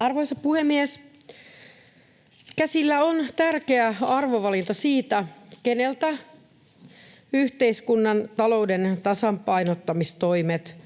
Arvoisa puhemies! Käsillä on tärkeä arvovalinta siitä, keneltä yhteiskunnan talouden tasapainottamistoimet